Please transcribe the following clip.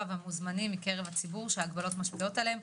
והמוזמנים מקרב הציבור שההגבלות משפיעות עליהם.